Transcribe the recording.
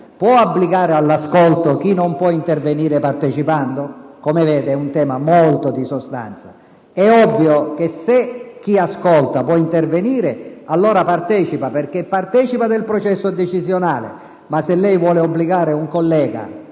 può obbligare all'ascolto chi non può intervenire partecipando? Come vede, è un tema di grande sostanza. Se chi ascolta può intervenire, è ovvio che partecipa, perché partecipa del processo decisionale, ma se lei vuole obbligare un collega